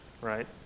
right